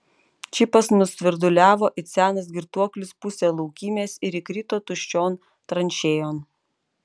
čipas nusvirduliavo it senas girtuoklis pusę laukymės ir įkrito tuščion tranšėjon